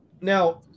now